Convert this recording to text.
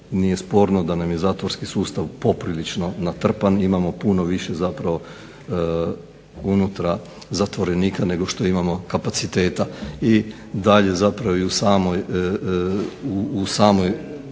nije sporno da nam je zatvorski sustav poprilično natrpan. Imamo puno više unutra zatvorenika nego što imamo kapaciteta i dalje zapravo u samoj